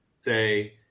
say